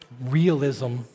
Realism